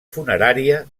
funerària